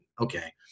okay